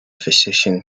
physician